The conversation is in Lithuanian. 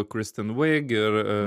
kristin vig ir